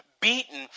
beaten